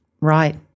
right